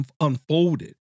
unfolded